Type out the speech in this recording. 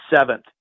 seventh